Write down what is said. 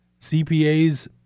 CPAs